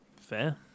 fair